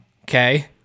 Okay